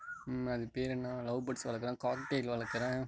அது பேர் என்ன லவ் பேர்ட்ஸ் வளர்க்குறேன் காக்டைல் வளர்க்குறேன்